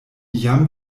jam